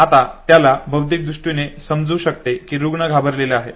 आता त्याला बौद्धिकदृष्टीने समजू शकते कि रुग्ण घाबरलेला आहे